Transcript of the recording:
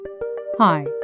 Hi